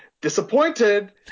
Disappointed